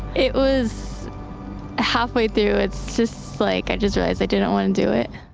it was halfway through, it's just like i just realized i didn't want to do it.